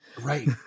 Right